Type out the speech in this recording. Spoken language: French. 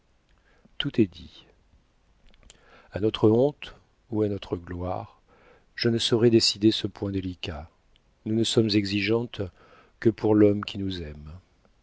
tout est dit a notre honte ou à notre gloire je ne saurais décider ce point délicat nous ne sommes exigeantes que pour l'homme qui nous aime